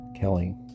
Kelly